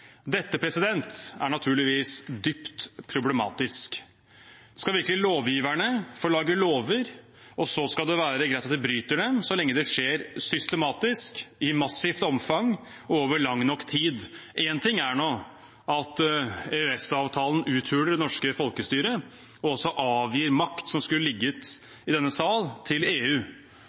Dette er naturligvis dypt problematisk. Skal virkelig lovgiverne få lage lover, og så skal det være greit at vi bryter dem så lenge det skjer systematisk, i massivt omfang og over lang nok tid? Én ting er nå at EØS-avtalen uthuler det norske folkestyret og også avgir makt som skulle ligget i denne sal, til EU.